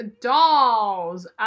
dolls